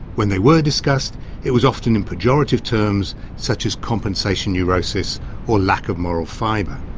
when they were discussed it was often in pejorative terms such as compensation neurosis or lack of moral fibre.